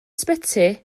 ysbyty